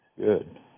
Good